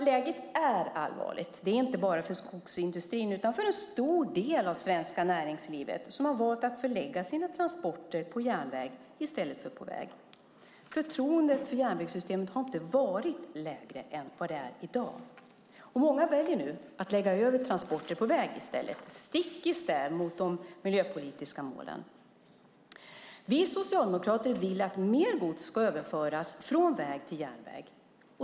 Läget är allvarligt, inte bara för skogsindustrin utan för en stor del av det svenska näringslivet som har valt att förlägga sina transporter till järnväg i stället för på väg. Förtroendet för järnvägssystemet har inte varit lägre än det är i dag. Många väljer nu att lägga över transporter på väg i stället, stick i stäv med de miljöpolitiska målen. Vi socialdemokrater vill att mer gods ska överföras från väg till järnväg.